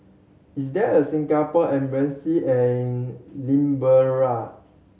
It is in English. is there a Singapore Embassy in Liberia